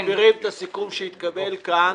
שיסבירו מאיפה מעבירים את הסכום שיתקבל כאן